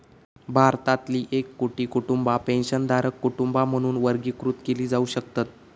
भारतातील एक कोटी कुटुंबा पेन्शनधारक कुटुंबा म्हणून वर्गीकृत केली जाऊ शकतत